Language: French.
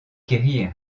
quérir